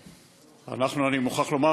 אני מוכרח לומר,